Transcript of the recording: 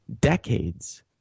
decades